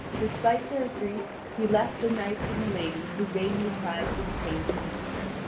despite their grief he left the knights and the lady who vainly tried to detain him longer.